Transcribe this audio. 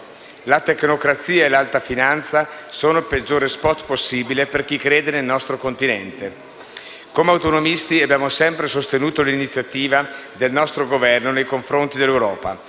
La tecnocrazia e l'alta finanza sono il peggiore *spot* possibile per chi crede nel nostro Continente. Come autonomisti, abbiamo sempre sostenuto l'iniziativa del nostro Governo nei confronti dell'Europa.